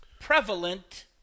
prevalent